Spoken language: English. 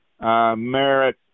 merit